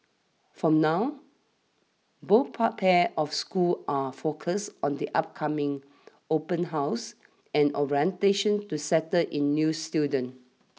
from now both part pairs of schools are focused on the upcoming open houses and orientation to settle in new students